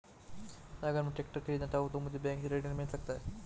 अगर मैं ट्रैक्टर खरीदना चाहूं तो मुझे बैंक से ऋण मिल सकता है?